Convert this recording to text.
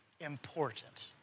important